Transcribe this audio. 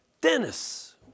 Dennis